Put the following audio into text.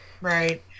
right